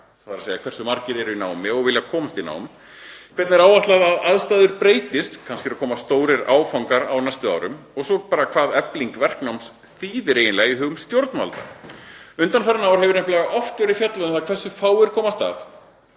í dag, þ.e. hversu margir eru í námi og vilja komast í nám, hvernig áætlað er að aðstæður breytist, kannski eru að koma stórir árgangar á næstu árum, og svo bara hvað efling verknáms þýðir eiginlega í hugum stjórnvalda. Undanfarin ár hefur nefnilega oft verið fjallað um það hversu fáir komast að,